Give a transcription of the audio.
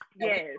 Yes